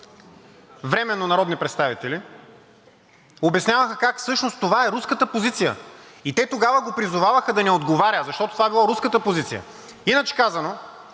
временно народни представители, обясняваха как всъщност това е руската позиция. Те тогава го призоваваха да не отговаря, защото това било руската позиция. Иначе казано,